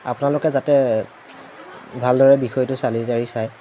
আপোনালোকে যাতে ভালদৰে বিষয়টো চালি জাৰি চায়